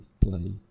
play